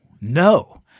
no